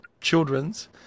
children's